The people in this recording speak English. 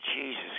Jesus